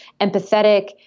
empathetic